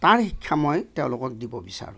তাৰ শিক্ষা মই তেওঁলোকক দিব বিচাৰোঁ